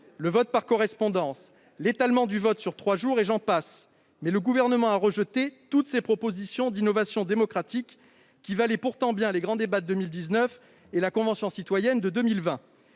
le vote par correspondance, l'étalement du vote sur trois jours, et j'en passe ! Le Gouvernement a rejeté toutes ces innovations démocratiques, qui valaient pourtant bien les grands débats de 2019 et la Convention citoyenne de 2020.